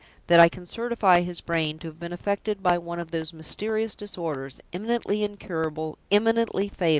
that i can certify his brain to have been affected by one of those mysterious disorders, eminently incurable, eminently fatal,